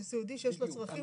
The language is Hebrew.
זה סיעודי שיש לו צרכים רפואיים.